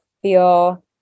feel